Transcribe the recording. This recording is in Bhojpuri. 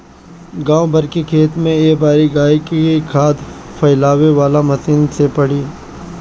गाँव भर के खेत में ए बारी गाय के खाद फइलावे वाला मशीन से पड़ी